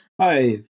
Hi